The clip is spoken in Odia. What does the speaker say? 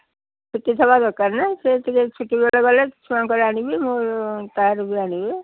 ଟିକେ ସମୟ ଦରକାର ନା ସେ ଟିକେ ଛୁଟି ବେଳେ ଗଲେ ଛୁଆଙ୍କର ଆଣିବି ମୁଁ ତା'ର ବି ଆଣିବି